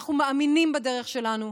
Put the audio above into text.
אנחנו מאמינים בדרך שלנו.